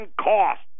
cost